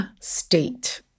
state